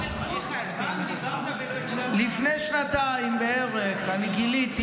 מיכאל, הבנתי, לפני שנתיים בערך גיליתי